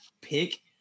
pick